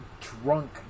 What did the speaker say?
drunk